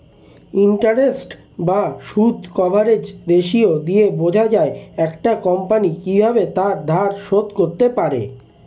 interest বা সুদ coverage ratio দিয়ে বোঝা যায় একটা কোম্পানি কিভাবে তার ধার শোধ করতে পারে